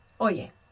Oye